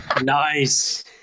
Nice